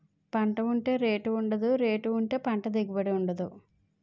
పంట ఉంటే రేటు ఉండదు, రేటు ఉంటే పంట దిగుబడి ఉండదు